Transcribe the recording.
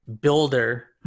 builder